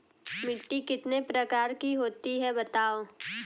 मिट्टी कितने प्रकार की होती हैं बताओ?